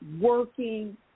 working